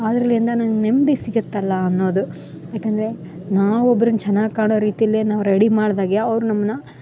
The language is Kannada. ಆದ್ರಲಿಂದ ನನ್ಗ ನೆಮ್ಮದಿ ಸಿಗತ್ತಲ್ಲ ಅನ್ನೋದು ಯಾಕಂದರೆ ನಾವು ಒಬ್ರನ್ನ ಚೆನ್ನಾಗಿ ಕಾಣೋ ರೀತಿಯಲ್ಲಿ ನಾವು ರೆಡಿ ಮಾಡ್ದಾಗೆ ಅವ್ರ ನಮ್ಮನ್ನ